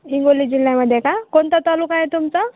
हिंगोली जिल्ह्यामध्ये का कोणता तालुका आहे तुमचा